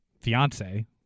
fiance